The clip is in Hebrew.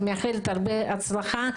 אני מאחלת הרבה הצלחה.